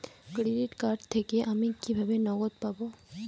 Credit card থেকে আমি কিভাবে নগদ পাব?